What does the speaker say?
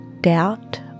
doubt